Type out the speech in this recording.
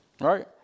Right